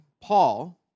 Paul